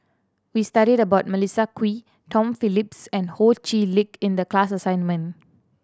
we studied about Melissa Kwee Tom Phillips and Ho Chee Lick in the class assignment